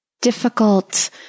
difficult